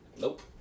Nope